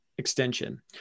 Extension